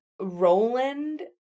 Roland